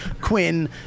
Quinn